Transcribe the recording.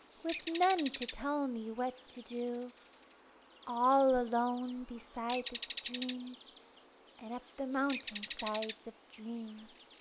with none to tell me what to do all alone beside the streams and up the mountain-sides of dreams.